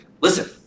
listen